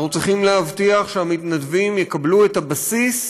אנחנו צריכים להבטיח שהמתנדבים יקבלו את הבסיס